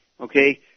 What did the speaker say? Okay